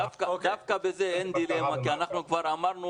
דווקא בזה אין דילמה כי אנחנו כבר אמרנו